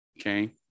okay